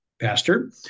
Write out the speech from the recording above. pastor